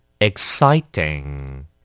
exciting